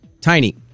Tiny